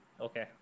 Okay